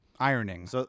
Ironing